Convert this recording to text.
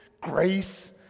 Grace